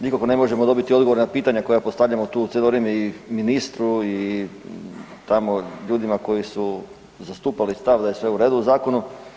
Nikako ne možemo dobiti odgovor na pitanja koja postavljamo tu cijelo vrijeme i ministru, i tamo ljudima koji su zastupali stav da je sve u redu u Zakonu.